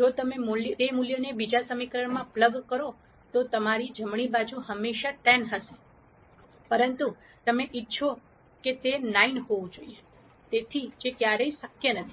જો તમે તે મૂલ્યને બીજા સમીકરણમાં પ્લગ કરો છો તો તમારી જમણી બાજુ હંમેશાં 10 હશે પરંતુ તમે ઇચ્છો છો કે તે 9 હોવું જોઈએ તેથી જે ક્યારેય શક્ય નથી